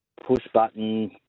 push-button